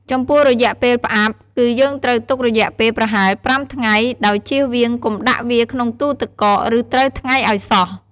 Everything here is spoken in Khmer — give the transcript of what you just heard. ចំពោះរយៈពេលផ្អាប់ គឺយើងត្រូវទុករយៈពេលប្រហែល៥ថ្ងៃ ដោយជៀសវាងកុំដាក់វាក្នុងទូទឹកកក ឬត្រូវថ្ងៃឱ្យសោះ។